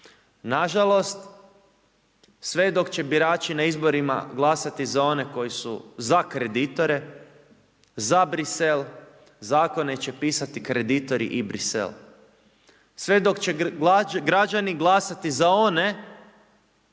Nažalost, sve dok će birači na izborima glasati za one koji su za kreditore, za Bruxelles, zakone će pisati kreditori i Bruxelles. Sve dok građani glasati za one